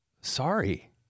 Sorry